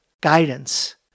guidance